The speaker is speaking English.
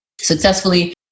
successfully